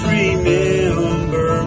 remember